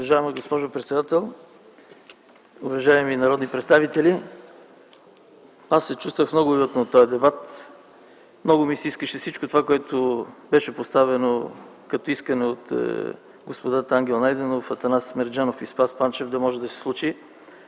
Уважаема госпожо председател, уважаеми народни представители! Аз се чувствах много уютно в този дебат. Много ми се искаше всичко това, което беше поставено като искане от господата Ангел Найденов, Атанас Мерджанов и Спас Панчев, да може да се случи.